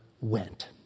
went